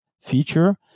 feature